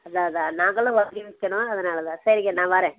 அதுதான் அதுதான் நாங்களும் வாங்கி விற்கணும் அதனால்தான் சரிங்க நான் வரேன்